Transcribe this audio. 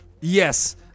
Yes